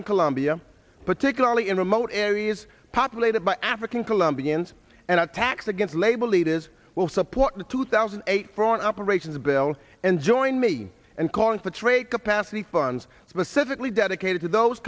in colombia particularly in remote areas populated by african colombians and attacks against labor leaders will support the two thousand and eight front operations bill and join me and calling for trade capacity funds specifically dedicated to those